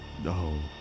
No